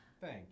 thank